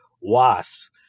wasps